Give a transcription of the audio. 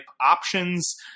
options